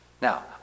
Now